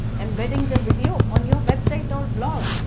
embedding the video on your website or blog,